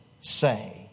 say